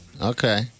Okay